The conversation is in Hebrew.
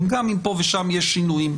היו פה הרבה דיונים מאוד חשובים,